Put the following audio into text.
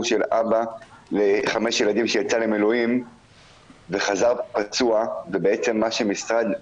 של אבא לחמישה ילדים שיצא למילואים וחזר פצוע ובעצם מה שמשרד,